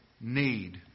need